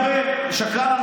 שקרן?